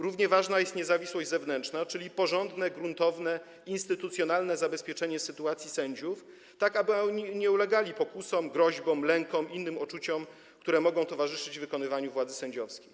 Równie ważna jest niezawisłość zewnętrzna, czyli porządne, gruntowne, instytucjonalne zabezpieczenie sytuacji sędziów, tak aby nie ulegali pokusom, groźbom, lękom, innym uczuciom, które mogą towarzyszyć wykonywaniu władzy sędziowskiej.